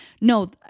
no